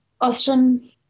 Austrian